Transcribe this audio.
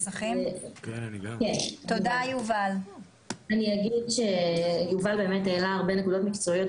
יובל העלה הרבה נקודות מקצועיות,